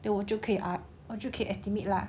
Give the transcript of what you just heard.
then 我就可以 ah 我就可以 estimate lah